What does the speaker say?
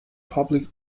public